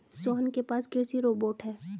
सोहन के पास कृषि रोबोट है